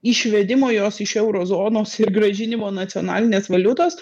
išvedimo jos iš euro zonos ir grąžinimo nacionalinės valiutos